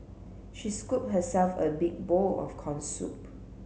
she scooped herself a big bowl of corn soup